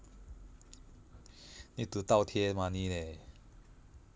need to 倒贴 money leh